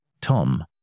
Tom